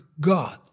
God